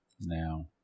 now